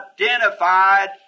identified